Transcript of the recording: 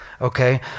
okay